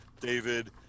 david